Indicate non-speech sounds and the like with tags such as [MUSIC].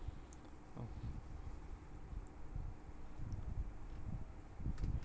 [NOISE] oh [NOISE]